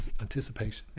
anticipation